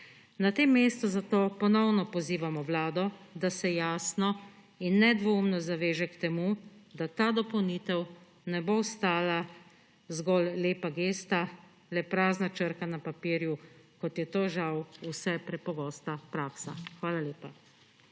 Na tem mestu zato ponovno pozivamo Vlado, da se jasno in nedvoumno zaveže k temu, da ta dopolnitev ne bo ostala zgolj lepa gesta, le prazna črka na papirju, kot je to žal vse prepogosta praksa. Hvala lepa.